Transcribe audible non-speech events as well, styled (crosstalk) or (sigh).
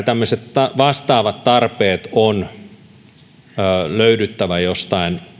(unintelligible) tämmöiset vastaavat tarpeet on löydyttävä jostain